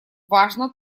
важно